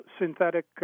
synthetic